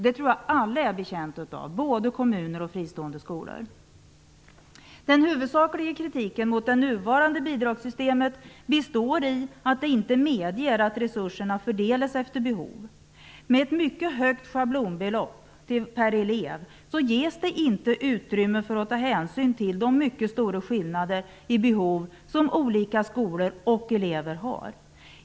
Det tror jag att alla är betjänta av, både kommuner och fristående skolor. Den huvudsakliga kritiken mot det nuvarande bidragssystemet består i att det inte medger att resurserna fördelas efter behov. Med ett mycket högt schablonbelopp per elev ges det inte utrymme för hänsynstagande till de mycket stora skillnader i behov som olika skolor och elever har.